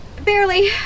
Barely